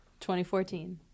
2014